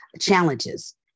challenges